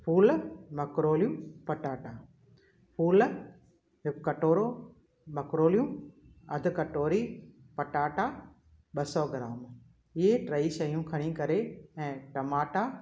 full मक्रोलियूं पटाटा full जो कटोरो मक्रोलियूं अधु कटोरी पटाटा ॿ सौ ग्राम इहे टई शयूं खणी करे ऐं टमाटा